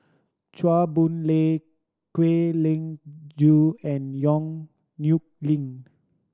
Chua Boon Lay Kwek Leng Joo and Yong Nyuk Lin